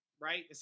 right